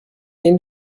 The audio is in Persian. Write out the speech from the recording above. این